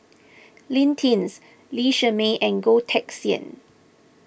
Lee Tjin Lee Shermay and Goh Teck Sian